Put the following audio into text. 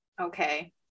Okay